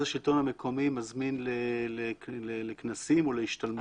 השלטון המקומי מזמין לכנסים או להשתלמויות.